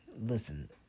listen